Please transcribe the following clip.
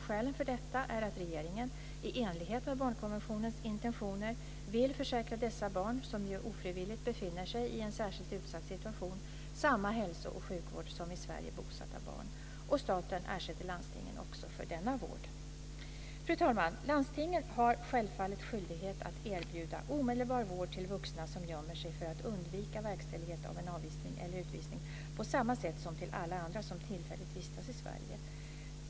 Skälen för detta är att regeringen - i enlighet med barnkonventionens intentioner - vill försäkra dessa barn, som ju ofrivilligt befinner sig i en särskilt utsatt situation, samma hälso och sjukvård som i Sverige bosatta barn. Staten ersätter landstingen också för denna vård. Fru talman! Landstingen har självfallet skyldighet att erbjuda omedelbar vård till vuxna som gömmer sig för att undvika verkställighet av en avvisning eller utvisning på samma sätt som till alla andra som tillfälligt vistas i Sverige.